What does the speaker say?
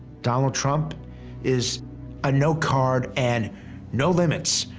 donald trump is a no card and no limits,